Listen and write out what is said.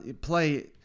play